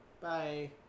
Bye